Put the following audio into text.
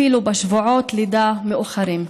אפילו בשבועות לידה מאוחרים.